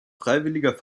freiwilliger